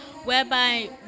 whereby